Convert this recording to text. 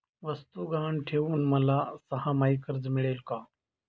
वस्तू गहाण ठेवून मला सहामाही कर्ज मिळेल का?